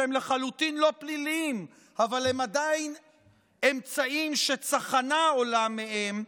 שהם לחלוטין לא פליליים אבל הם עדיין אמצעים שצחנה עולה מהם,